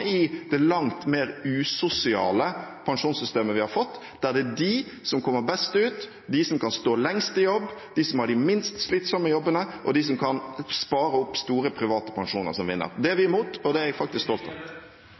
i det langt mer usosiale pensjonssystemet vi har fått. Det er de som kommer best ut, de som kan stå lengst i jobb, de som har de minst slitsomme jobbene, og de som kan spare opp store private pensjoner, som vinner. Det er vi imot, og det er jeg faktisk stolt av.